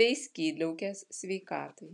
bei skydliaukės sveikatai